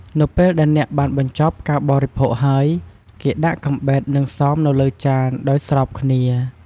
នៅពេលដែលអ្នកបានបញ្ចប់ការបរិភោគហើយ គេដាក់កាំបិត និងសមនៅលើចានដោយស្របគ្នា។